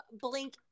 Blink